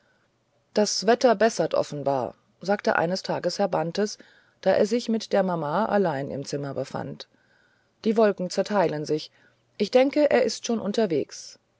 das wetter bessert offenbar sagte eines tages herr bantes da er sich mit der mama allein im zimmer befand die wolken zerteilen sich ich denke er ist schon unterwegs